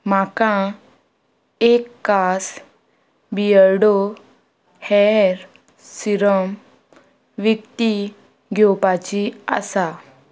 म्हाका एक काश बियर्डो हेयर सिरम विकती घेवपाची आसा